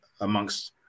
amongst